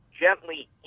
gently